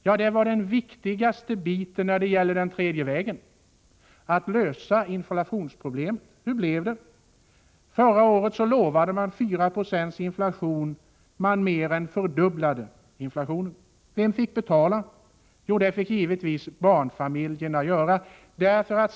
Ja, den viktigaste biten när det gäller den tredje vägen var att lösa inflationsproblemet. Hur blev det? Förra året lovade man 4 96 inflation. Men man mer än fördubblade inflationen. Vem fick betala? Jo, givetvis barnfamiljerna.